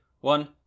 One